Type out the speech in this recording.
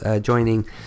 Joining